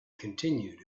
continued